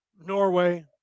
Norway